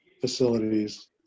facilities